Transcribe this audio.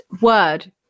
word